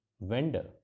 Vendor